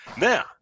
Now